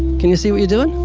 can you see what you're doing?